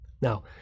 Now